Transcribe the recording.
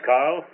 Carl